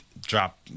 drop